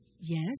Yes